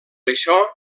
això